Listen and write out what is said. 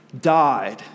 died